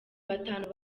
batanu